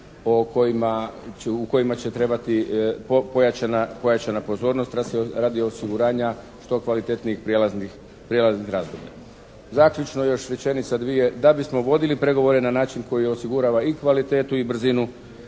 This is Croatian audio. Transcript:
u kojima će trebati pojačana pozornost radi osiguranja što kvalitetnijih prijelaznih razdoblja. Zaključno još rečenica, dvije. Da bismo vodili pregovore na način koji osigurava i kvalitetu i brzinu